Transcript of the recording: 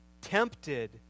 tempted